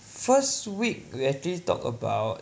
first week we actually talk about